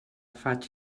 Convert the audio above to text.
faig